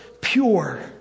pure